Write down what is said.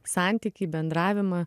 santykį bendravimą